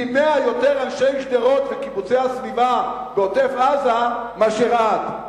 פי-מאה אנשי שדרות וקיבוצי הסביבה ועוטף-עזה מאשר את,